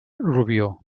rubió